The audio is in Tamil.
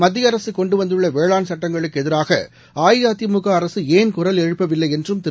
மத்தியஅரசுகொண்டுவந்துள்ளவேளாண் சட்டங்களுக்குஎதிராகஅஇஅதிமுகஅரசுஏன் குரல் எழுப்பவில்லைஎன்றும் திரு